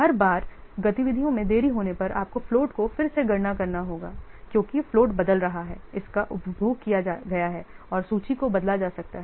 हर बार गतिविधियों में देरी होने पर आपको फ्लोट को फिर से गणना करना होगा क्योंकि फ्लोट बदल रहा है इसका उपभोग किया गया है और सूची को बदला जा सकता है